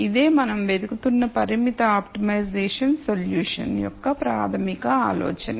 ఇదే మనం వెతుకుతున్న పరిమిత ఆప్టిమైజేషన్ సొల్యూషన్ యొక్క ప్రాథమిక ఆలోచన